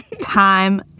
Time